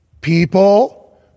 people